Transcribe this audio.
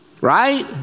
Right